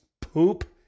poop